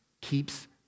keeps